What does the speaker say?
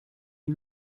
est